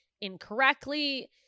incorrectly